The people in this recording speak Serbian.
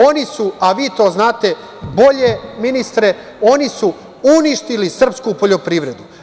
Oni su, a vi to znate, bolje ministre, oni su uništili srpsku poljoprivredu.